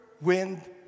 Wind